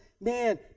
man